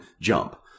jump